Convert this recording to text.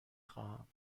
خواهم